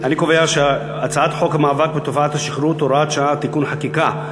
ההצעה להעביר את הצעת חוק המאבק בתופעת השכרות (הוראת שעה ותיקון חקיקה)